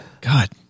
God